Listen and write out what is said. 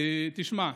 תשמע,